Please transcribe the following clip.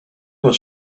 was